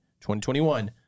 2021